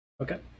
okay